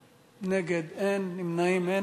נגד, אין, נמנעים, אין.